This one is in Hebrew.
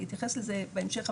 אני אתייחס לזה בהמשך,